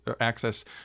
access